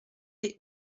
les